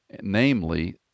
namely